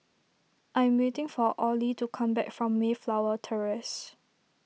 I am waiting for Orley to come back from Mayflower Terrace